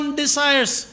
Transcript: desires